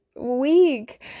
week